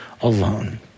alone